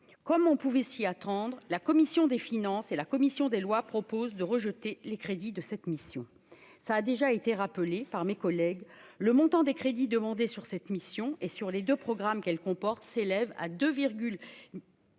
comme on pouvait s'y attendre, la commission des finances et la commission des Lois propose de rejeter les crédits de cette mission, ça a déjà été rappelé par mes collègues le montant des crédits demandés sur cette mission et sur les deux programmes qu'elle comporte, s'élève à 2.